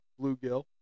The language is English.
bluegill